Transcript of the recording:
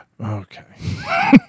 Okay